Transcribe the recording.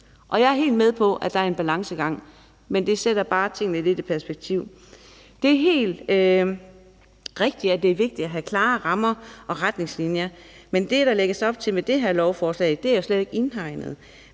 Jeg er helt med på, at der er en balancegang, men det sætter bare tingene lidt i perspektiv. Det er helt rigtigt, at det er vigtigt at have klare rammer og retningslinjer, men det, der lægges op til med det her lovforslag, er slet ikke indhegnet.